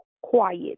quiet